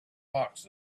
hawks